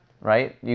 right